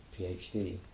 PhD